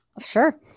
sure